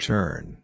Turn